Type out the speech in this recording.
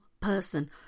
person